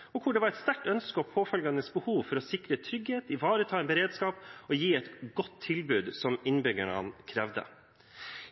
lokalsamfunn, hvor det var et sterkt ønske og påfølgende behov for å sikre trygghet, ivareta en beredskap og gi et godt tilbud, som innbyggerne krevde.